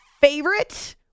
favorite